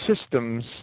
systems